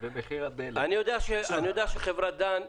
אני יודע שחברת דן,